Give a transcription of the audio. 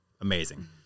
amazing